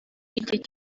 n’igihe